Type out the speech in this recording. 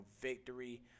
victory